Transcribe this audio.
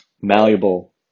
Malleable